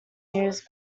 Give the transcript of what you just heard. used